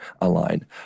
align